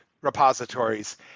repositories